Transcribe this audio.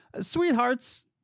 sweethearts